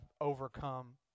overcome